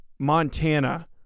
Montana